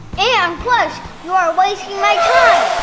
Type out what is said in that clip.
and plus, you are wasting my time!